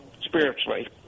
spiritually